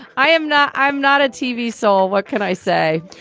i am not i'm not a tv. so what can i say?